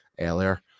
earlier